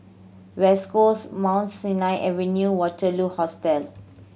West Coast Mount Sinai Avenue Waterloo Hostel